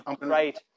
Right